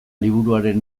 liburuaren